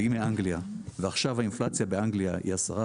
והיא מאנגליה, ועכשיו האינפלציה באנגליה היא 10%,